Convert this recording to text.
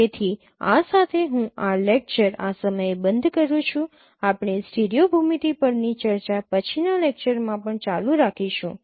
તેથી આ સાથે હું આ લેક્ચર આ સમયે બંધ કરું છું આપણે સ્ટીરિયો ભૂમિતિ પરની ચર્ચા પછીના લેક્ચર માં પણ ચાલુ રાખીશું